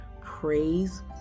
praise